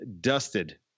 dusted